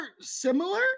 similar